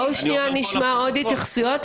בואו שנייה נשמע עוד התייחסויות,